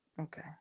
Okay